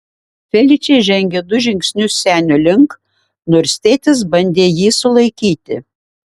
feličė žengė du žingsnius senio link nors tėtis bandė jį sulaikyti